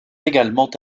également